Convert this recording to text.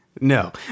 No